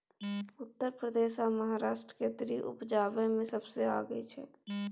उत्तर प्रदेश आ महाराष्ट्र केतारी उपजाबै मे सबसे आगू छै